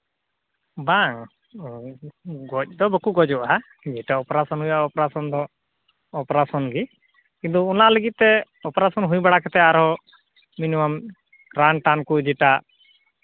ᱵᱟᱝ ᱜᱚᱡ ᱫᱚ ᱵᱟᱠᱚ ᱜᱚᱡᱚᱜᱼᱟ ᱡᱮᱴᱟ ᱚᱯᱟᱨᱮᱥᱚᱱ ᱦᱩᱭᱩᱜᱼᱟ ᱚᱯᱟᱨᱮᱥᱚᱱ ᱫᱚ ᱚᱯᱟᱨᱮᱥᱮᱱ ᱜᱮ ᱠᱤᱱᱛᱩ ᱚᱱᱟ ᱞᱟᱹᱜᱤᱫᱛᱮ ᱚᱯᱟᱨᱮᱥᱚᱱ ᱦᱩᱭ ᱵᱟᱲᱟ ᱠᱟᱛᱮᱫ ᱟᱨᱦᱚᱸ ᱢᱤᱱᱤᱢᱟᱢ ᱨᱟᱱ ᱴᱟᱱ ᱠᱚ ᱡᱮᱴᱟ